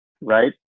right